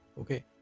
Okay